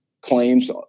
claims